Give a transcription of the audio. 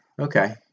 okay